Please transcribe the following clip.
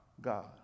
God